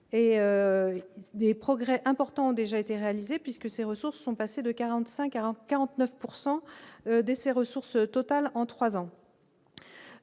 des progrès importants ont déjà été réalisés puisque ces ressources sont passées de 45 à 49 pourcent de ses ressources totales en 3 ans,